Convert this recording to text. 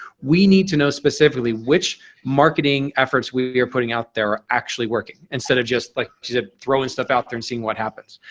we need to know specifically which marketing efforts we are putting out there actually working instead of just like ah throwing stuff out there and seeing what happens.